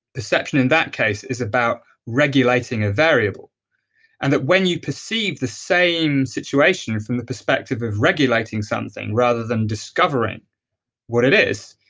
perception in that case is about regulating a variable and that when you perceive the same situation from the perspective of regulating something rather than discovering what it is,